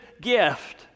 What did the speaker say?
gift